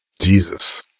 Jesus